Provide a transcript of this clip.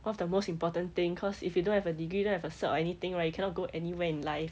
one of the most important thing cause if you don't have a degree don't have a cert or anything right you cannot go anywhere in life